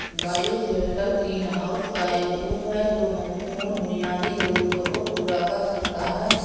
bioshelter greenhouse का एक रूप है जो महत्वपूर्ण बुनियादी जरूरतों को पूरा कर सकता है